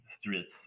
streets